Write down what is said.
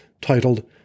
titled